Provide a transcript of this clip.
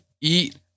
Eat